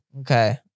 Okay